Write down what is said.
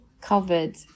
covered